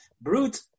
brute